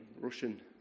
Russian